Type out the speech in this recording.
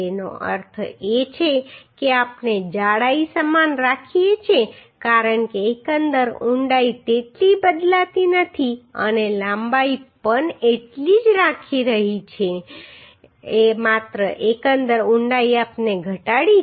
તેનો અર્થ એ છે કે આપણે જાડાઈ સમાન રાખીએ છીએ કારણ કે એકંદર ઊંડાઈ તેટલી બદલાતી નથી અને લંબાઈ પણ એટલી જ રાખી રહી છે માત્ર એકંદર ઊંડાઈ આપણે ઘટાડી છે